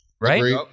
right